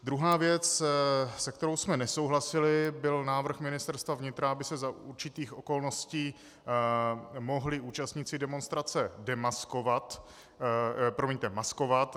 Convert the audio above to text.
Druhá věc, se kterou jsme nesouhlasili, byl návrh Ministerstva vnitra, aby se za určitých okolností mohli účastníci demonstrace demaskovat promiňte, maskovat.